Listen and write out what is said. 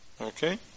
Okay